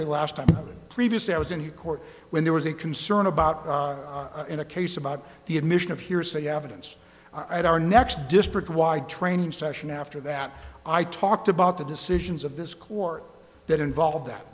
say last time previously i was in court when there was a concern about in a case about the admission of hearsay evidence i had our next district wide training session after that i talked about the decisions of this court that involved that